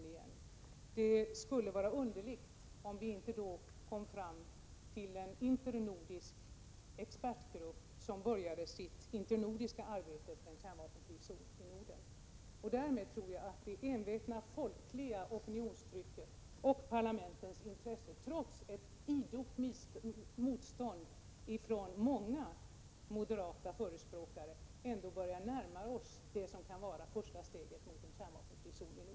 Det skulle vara underligt om vi inte då kom fram till att en internordisk expertgrupp skall börja arbeta för en kärnvapenfri zon i Norden. Därmed tror jag att det envetna folkliga opinionstrycket och intresset från parlamenten, trots ett idogt motstånd från många moderata förespråkare, gör att vi ändå börjar närma oss ett första steg mot en kärnvapenfri zon i Norden.